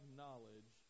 knowledge